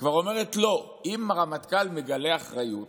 כבר אומרת: לא, אם רמטכ"ל מגלה אחריות